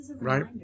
right